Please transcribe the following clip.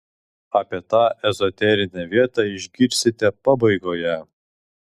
apie tą ezoterinę vietą išgirsite pabaigoje